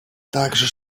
также